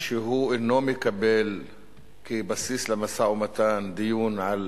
שהוא אינו מקבל כבסיס למשא-ומתן דיון על